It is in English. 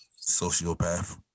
sociopath